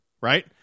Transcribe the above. right